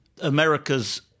America's